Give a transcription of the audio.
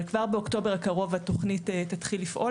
אבל כבר באוקטובר הקרוב התוכנית תתחיל לפעול